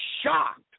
shocked